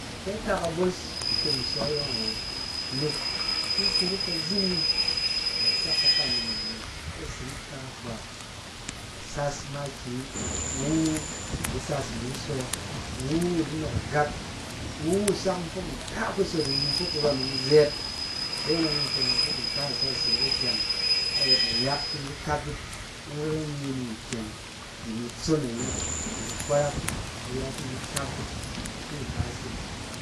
Kɛ a ta kabos, in kyem in sɔ ayɔng awo, nɛk ki in fubuk kazining a da sak kafa min da mos, ke asirik ta hwa, a sas makiyi, iwu wu a di sas imi sɔ, iwu wu a di nɔɔk agap, iwu wu a di sak in fok nta kusot'in, ni in fok kurɔm'in zɛɛt. Ide me dɔng fin in fɛ in fok nta isɔ asirik akyang ayɛt nayak fi iyit kap'it, ayɔng fɛ ba nye ni nkyɛng, ki ni tsong ayi, ni kukparap kuyɔng fi iyit kap'it afi ibaas yit.